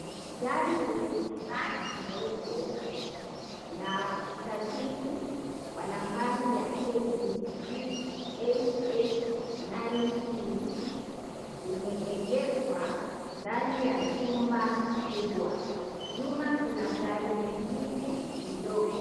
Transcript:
Gari lenye rangi nyeupe na usajili wa nambari ya KDC 889P limeegeshwa ndani ya jumba kubwa, nyuma kuna gari lengine lidogo.